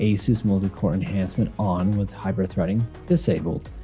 ah asus multicore enhancement on with hyper-threading disabled,